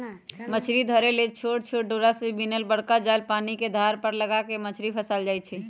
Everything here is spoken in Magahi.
मछरी धरे लेल छोट छोट डोरा से बिनल बरका जाल पानिके धार पर लगा कऽ मछरी फसायल जाइ छै